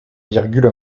virgule